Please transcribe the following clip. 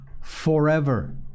forever